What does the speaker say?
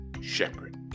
shepherd